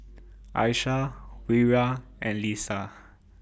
Aishah Wira and Lisa